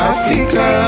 Africa